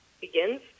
begins